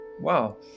wow